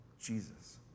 Jesus